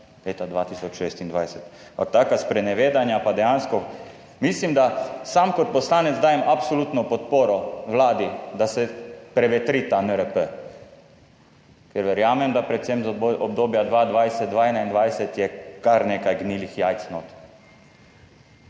leta 2026. Ampak taka sprenevedanja pa dejansko … Mislim, da sam kot poslanec dajem absolutno podporo Vladi, da se prevetri ta NRP. Ker verjamem, da je predvsem iz obdobja 2020–2021 kar nekaj gnilih jajc notri,